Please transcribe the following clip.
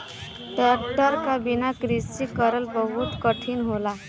tractor क बिना कृषि करल बहुत कठिन होला